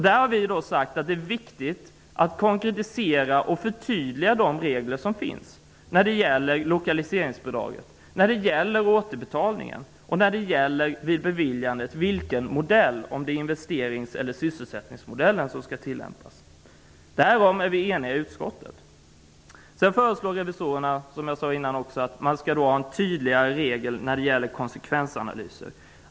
Vi har då sagt att det är viktigt att konkretisera och förtydliga de regler som finns om lokaliseringsbidraget och om återbetalningen samt vilken modell som skall gälla vid beviljandet, dvs. investerings eller sysselsättningsmodellen. Om det har vi varit eniga i utskottet. Revisorerna har också påpekat att det bör vara tydligare regler när det gäller konsekvensanalyser.